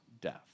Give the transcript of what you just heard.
death